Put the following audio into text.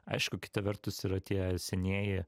aišku kita vertus yra tie senieji